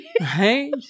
Right